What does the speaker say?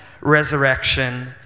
resurrection